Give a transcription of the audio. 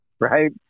right